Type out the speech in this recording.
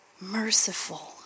Merciful